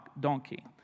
donkey